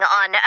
on